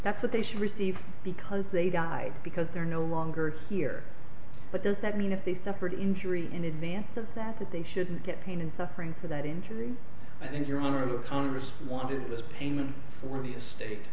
that they should receive because they die because they're no longer here but does that mean if they separate injury in advance of that that they shouldn't get pain and suffering for that injury i think your honor of congress wanted this payment for the estate